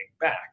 back